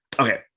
Okay